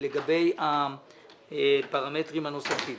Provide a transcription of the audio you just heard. לגבי הפרמטרים הנוספים.